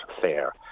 fair